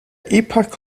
epoch